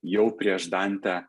jau prieš dantę